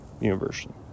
University